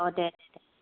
औ दे